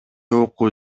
окуу